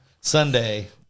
Sunday